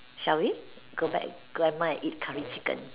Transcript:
shall we go back grandma and eat curry chicken